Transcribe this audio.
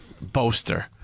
boaster